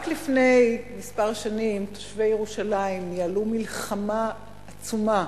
רק לפני כמה שנים תושבי ירושלים ניהלו מלחמה עצומה